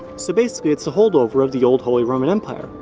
so, basically, it's a holdover of the old holy roman empire,